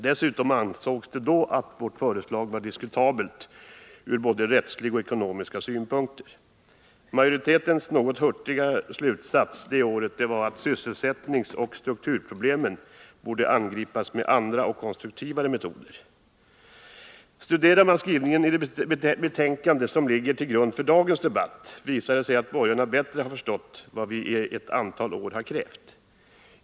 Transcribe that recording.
Dessutom ansågs det då att vårt förslag var diskutabelt ur både rättsliga och ekonomiska synpunkter. Utskottsmajoritetens något hurtiga slutsats det året var att sysselsättningsoch strukturproblemen borde angripas med andra och mer konstruktiva metoder. Studerar man skrivningen i betänkandet som ligger till grund för dagens debatt, visar det sig att borgarna bättre har förstått vad vi i ett antal år har krävt.